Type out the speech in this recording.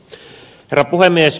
herra puhemies